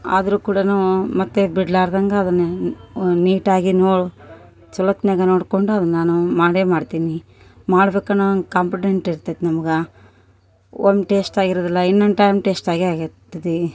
ಆದರೂ ಕೂಡನು ಮತ್ತೆ ಬಿಡಲಾರದಂಗ ಅದನ್ನೆ ನೀಟಾಗಿ ನೋ ಚಲೋತ್ನ್ಯಾಗ ನೋಡ್ಕೊಂಡು ಅದನ್ನು ನಾನು ಮಾಡೇ ಮಾಡ್ತೀನಿ ಮಾಡ್ಬೇಕು ಅನ್ನೋ ಹಂಗ್ ಕಾಂಪಿಟೆಂಟ್ ಇರ್ತೈತಿ ನಮಗ ಒಮ್ಮೆ ಟೇಸ್ಟ್ ಆಗಿರೋದಿಲ್ಲ ಇನ್ನೊಂದು ಟೈಮ್ ಟೇಸ್ಟ್ ಆಗೆ ಆಗಿರ್ತೈತಿ